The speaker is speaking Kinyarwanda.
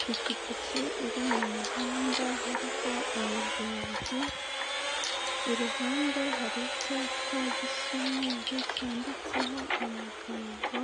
Ipikipiki iri mu muhanda ihariho umugenzi, iruhande hari icyapa gisa umweru cyanditseho amagambo